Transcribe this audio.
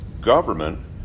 Government